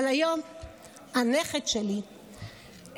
אבל היום הנכד שלי אייל,